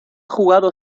jugado